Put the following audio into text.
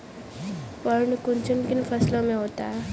पर्ण कुंचन किन फसलों में होता है?